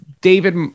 David